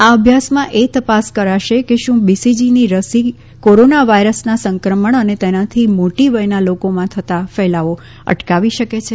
આ અભ્યાસમાં એ તપાસ કરાશે કે શું બીસીજીની રસી કોરોના વાયરસના સંક્રમણ અને તેનાથી મોટી વયના લોકોમાં થતો ફેલાવો અટકાવી શકે છે